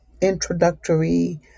introductory